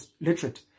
literate